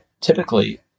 typically